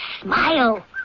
smile